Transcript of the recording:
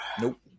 Nope